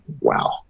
wow